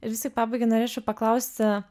ir vis tik pabaigai norėčiau paklausti